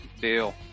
Deal